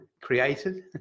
created